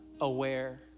aware